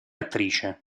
attrice